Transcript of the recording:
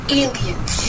aliens